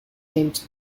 named